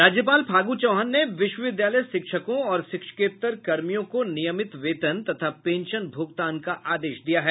राज्यपाल फागु चौहान ने विश्वविद्यालय शिक्षकों और शिक्षकेत्तर कर्मियों को नियमित वेतन तथा पेंशन भुगतान का आदेश दिया है